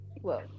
whoa